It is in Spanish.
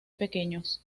pequeños